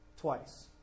twice